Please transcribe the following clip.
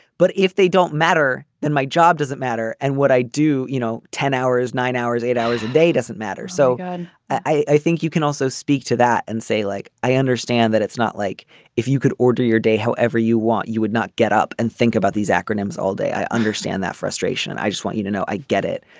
but if they don't matter then my job doesn't matter. and what i do you know ten hours nine hours eight hours a day doesn't matter. so i i think you can also speak to that and say look like i understand that it's not like if you could or do your day however you want. you would not get up and think about these acronyms all day. i understand that frustration. and i just want you to know i get it.